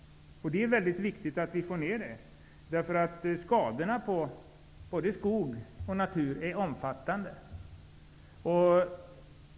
Det är mycket viktigt att vi får ned de halterna, för skadorna på skogen och naturen i övrigt är omfattande.